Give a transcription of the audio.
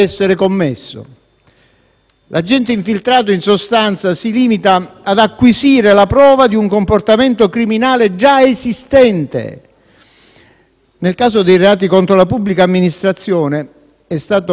L'agente infiltrato, in sostanza, si limita ad acquisire la prova di un comportamento criminale già esistente. Nel caso dei reati contro la pubblica amministrazione è stato previsto